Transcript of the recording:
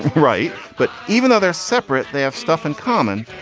right. but even though they're separate, they have stuff in common.